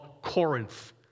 Corinth